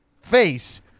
face